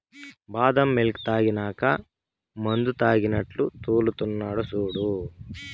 బాదం మిల్క్ తాగినాక మందుతాగినట్లు తూల్తున్నడు సూడు